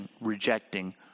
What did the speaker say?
rejecting